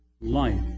life